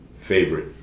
favorite